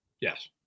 Yes